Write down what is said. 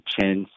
chance